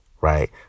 right